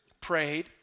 prayed